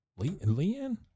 Leanne